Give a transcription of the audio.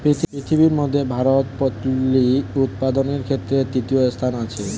পৃথিবীর মধ্যে ভারত পোল্ট্রি উপাদানের ক্ষেত্রে তৃতীয় স্থানে আছে